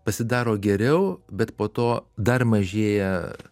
pasidaro geriau bet po to dar mažėja